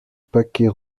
paquets